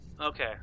Okay